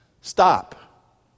Stop